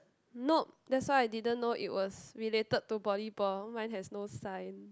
nope that's why I didn't know it was related to volleyball mine has no sign